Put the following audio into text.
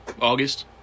August